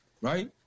right